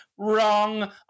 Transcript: Wrong